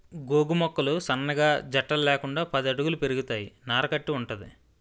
గోగు మొక్కలు సన్నగా జట్టలు లేకుండా పది అడుగుల పెరుగుతాయి నార కట్టి వుంటది